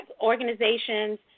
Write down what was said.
organizations